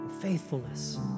faithfulness